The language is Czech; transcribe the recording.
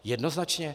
Jednoznačně.